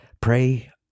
pray